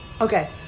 Okay